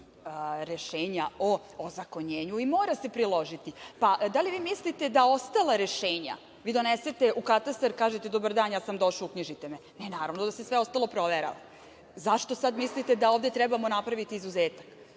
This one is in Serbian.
rešenja o ozakonjenju i mora se priložiti. Pa, da li vi mislite da ostala rešenja vi donesete u Katastar i kažete – dobar dan, ja sam došao, uknjižite me. Ne, naravno da se sve ostalo proverava. Zašto sad mislite da ovde treba napraviti izuzetak?